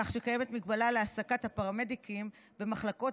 כך שקיימת מגבלה להעסקת הפרמדיקים במחלקות